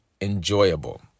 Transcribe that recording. enjoyable